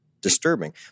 disturbing